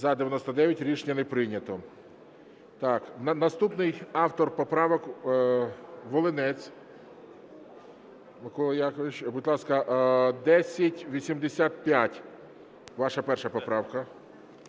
За-99 Рішення не прийнято. Наступний автор поправок Волинець Михайло Якович. Будь ласка, 1085 ваша перша поправка.